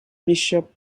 bishop